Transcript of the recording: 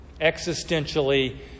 existentially